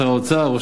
שר האוצר,